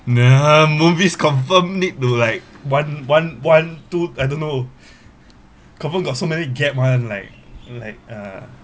the movies confirm need to like one one one two I don't know confirm got so many gap one like like uh